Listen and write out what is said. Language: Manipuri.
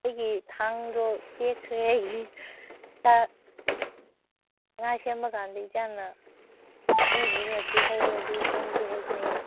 ꯑꯩꯒꯤ ꯊꯥꯡꯗꯣ ꯇꯦꯛꯈ꯭ꯔꯦ ꯑꯩꯒꯤ ꯉꯥ ꯉꯥ ꯁꯦꯝꯕꯀꯥꯟꯗ ꯏꯆꯥꯅ ꯁꯦꯝꯕꯗꯨꯗ ꯇꯦꯛꯍꯧꯔꯦ ꯑꯗꯨ ꯁꯦꯝꯒꯦ ꯍꯥꯏꯕꯅꯦ